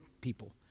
people